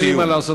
אין לי מה לעשות,